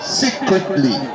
secretly